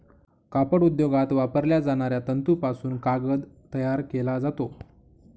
कापड उद्योगात वापरल्या जाणाऱ्या तंतूपासून कागद तयार केला जातो